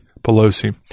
Pelosi